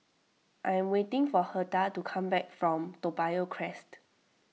I am waiting for Hertha to come back from Toa Payoh Crest